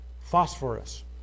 phosphorus